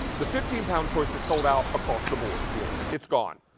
the fifteen pound choice is sold out across the board. yes. it's gone.